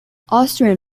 austrian